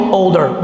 older